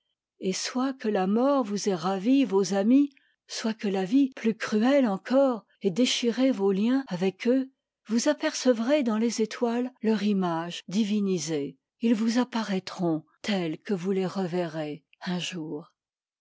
et soit que la mort vous ait ravi vos amis soit que la vie ptus cruetteencore ait déchiré vos liens avec eux vous apercevrez dans les étoiles leur image divinisée ils vous apparaîtront tels que vous les reverrez un jour